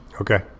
Okay